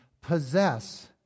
possess